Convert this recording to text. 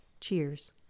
Cheers